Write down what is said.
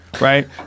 right